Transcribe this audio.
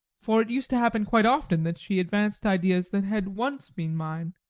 for it used to happen quite often that she advanced ideas that had once been mine,